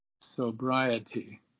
sobriety